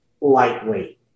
lightweight